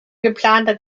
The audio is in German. geplanter